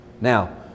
Now